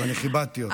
אז אני כיבדתי אותך.